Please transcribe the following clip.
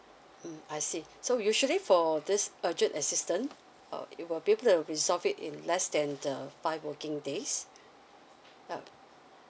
mm I see so usually for this urgent assistance uh it will probably resolve it in less than um five working days uh